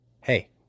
hey